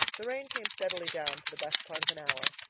the rain came steadily down for the best part of an hour.